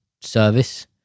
service